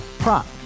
Prop